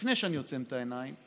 לפני שאני עוצם את העיניים,